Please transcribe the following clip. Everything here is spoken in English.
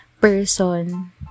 person